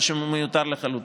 שהוא מיותר לחלוטין.